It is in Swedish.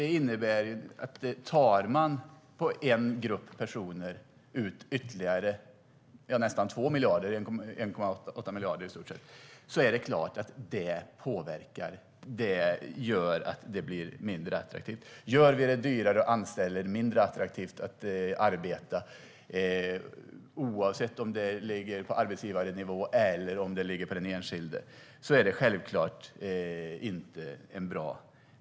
Tar man från en grupp personer ut ytterligare nästan 2 miljarder - i stort sett 1,8 miljarder - är det klart att det gör att det blir mindre attraktivt. Gör vi det dyrare att anställa blir det mindre attraktivt att arbeta. Oavsett om det ligger på arbetsgivarnivå eller på den enskilde är det självklart inte bra.